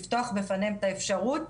לפתוח בפניהם את האפשרות